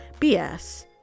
BS